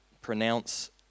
pronounce